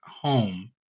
home